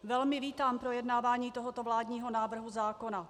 Velmi vítám projednávání tohoto vládního návrhu zákona.